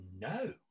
no